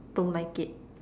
don't like it